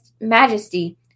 majesty